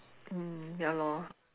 mm ya lor